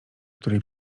której